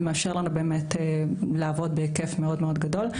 זה מאפשר לנו באמת לעבוד בהיקף מאוד מאוד גדול.